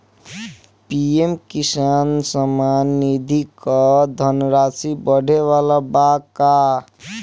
PM Kisan Samman Nidhi क धनराशि बढ़े वाला बा का?